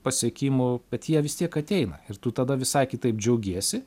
pasiekimų bet jie vis tiek ateina ir tu tada visai kitaip džiaugiesi